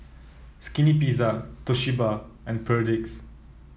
Skinny Pizza Toshiba and Perdix